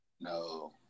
No